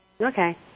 Okay